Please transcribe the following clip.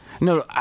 No